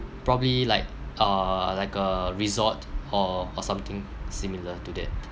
probably like uh like a resort or or something similar to that